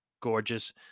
gorgeous